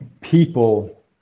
people